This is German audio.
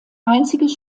einziges